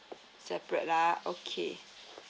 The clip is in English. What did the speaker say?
separate ah okay